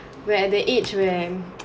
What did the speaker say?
we are the age when